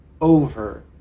over